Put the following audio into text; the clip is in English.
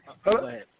Hello